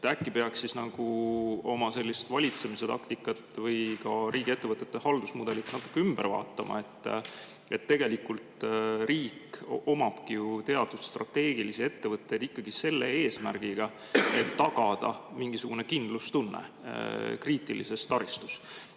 Äkki peaks nagu oma valitsemise taktikat või ka riigiettevõtete halduse mudelit natuke ümber vaatama? Tegelikult riik omabki ju teatud strateegilisi ettevõtteid ikkagi selle eesmärgiga, et tagada mingisugune kindlustunne kriitilise [tähtsusega]